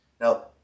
Now